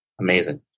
Amazing